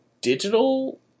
digital